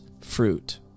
fruit